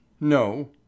No